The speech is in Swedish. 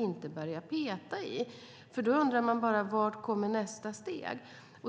inte kan börja peta i, för då undrar man bara vad nästa steg blir.